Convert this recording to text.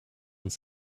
uns